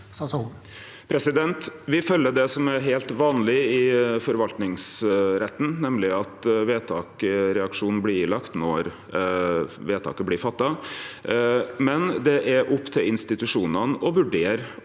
Me følgjer det som er heilt vanleg i forvaltningsretten, nemleg at vedtaksreaksjonen blir ilagd når vedtaket blir fatta, men det er opp til institusjonane å vurdere